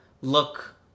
look